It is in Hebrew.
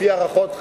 לפי הערכות,